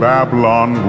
Babylon